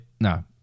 No